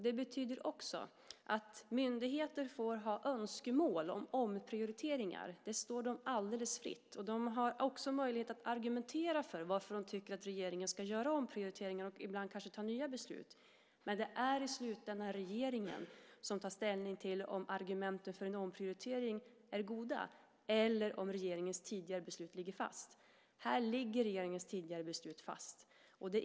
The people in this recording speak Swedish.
Det betyder också att myndigheter får ha önskemål om omprioriteringar. Det står dem alldeles fritt. De har också möjlighet att argumentera för varför de tycker att regeringen ska göra omprioriteringar och ibland kanske ta nya beslut, men det är i slutändan regeringen som tar ställning till om argumenten för en omprioritering är goda eller om regeringens tidigare beslut ligger fast. Här ligger regeringens tidigare beslut fast.